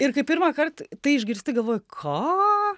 ir kai pirmąkart tai išgirsti galvoji ką